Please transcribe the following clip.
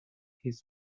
his